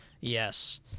Yes